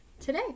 today